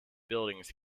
buildings